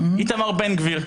איתמר בן גביר.